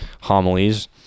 homilies